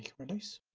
release,